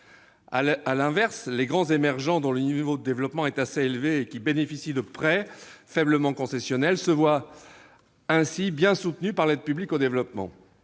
À l'inverse, les grands émergents, dont le niveau de développement est assez élevé et qui bénéficient de prêts faiblement concessionnels, se voient ainsi bien soutenus par l'aide publique au développement.